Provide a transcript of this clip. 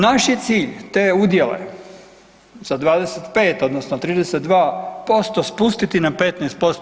Naš je cilj te udjele sa 25 odnosno 32% spustiti na 15%